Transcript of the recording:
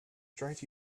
drive